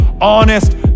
honest